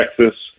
Texas